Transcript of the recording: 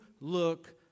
look